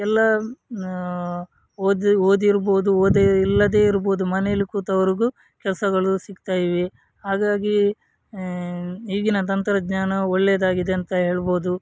ಎಲ್ಲ ಓದಿ ಓದಿರ್ಬೋದು ಓದೇ ಇಲ್ಲದೇ ಇರ್ಬೋದು ಮನೇಲ್ಲಿ ಕೂತವ್ರಿಗೂ ಕೆಲಸಗಳು ಸಿಗ್ತಾಯಿವೆ ಹಾಗಾಗಿ ಈಗಿನ ತಂತ್ರಜ್ಞಾನ ಒಳ್ಳೆಯದಾಗಿದೆ ಅಂತ ಹೇಳ್ಬೋದು